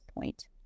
point